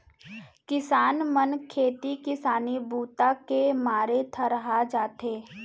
किसान मन खेती किसानी बूता के मारे थरहा जाथे